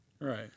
Right